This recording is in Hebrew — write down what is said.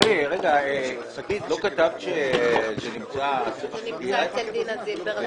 זה נמצא אצל דינה זילבר.